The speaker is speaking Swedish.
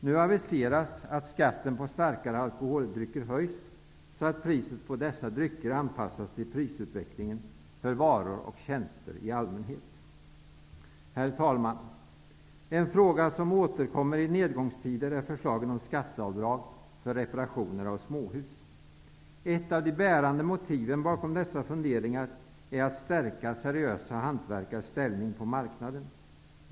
Nu aviseras att skatten på starkare alkoholdrycker höjs, så att priset på dessa drycker anpassas till prisutvecklingen för varor och tjänster i allmänhet. Herr talman! En fråga som återkommer i nedgångstider är förslagen om skatteavdrag för reparationer av småhus. Ett av de bärande motiven bakom dessa funderingar är att stärka seriösa hantverkares ställning på marknaden.